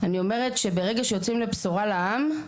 אני אומרת שברגע שיוצאים לבשורה לעם,